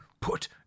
put